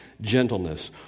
Gentleness